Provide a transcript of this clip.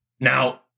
Now